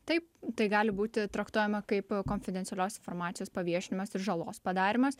taip tai gali būti traktuojama kaip konfidencialios informacijos paviešinimas ir žalos padarymas